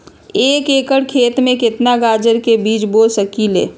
एक एकर खेत में केतना गाजर के बीज बो सकीं ले?